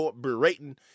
berating